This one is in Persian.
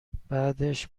بعدش